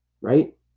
Right